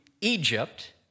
Egypt